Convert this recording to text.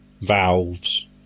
valves